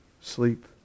sleep